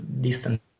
distance